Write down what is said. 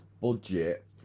Budget